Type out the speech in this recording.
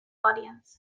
audience